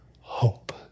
hope